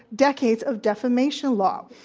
decades of defamation law,